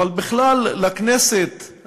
אלא בכלל הכנסת,